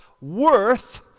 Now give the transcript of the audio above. worth